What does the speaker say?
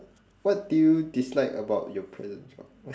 what did you dislike about your present job